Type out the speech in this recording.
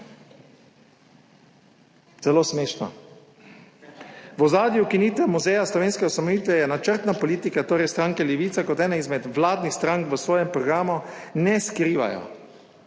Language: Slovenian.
Zelo smešno. V ozadju ukinitve Muzeja slovenske ustanovitve je načrtna politika stranke Levica, kot ene izmed vladnih strank v svojem programu ne skrivajo